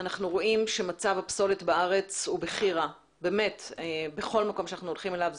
אנחנו רואים שמצב הפסולת בארץ היא בכי רע בכל מקום שאנחנו הולכים אליו.